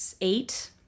eight